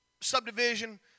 subdivision